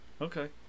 Okay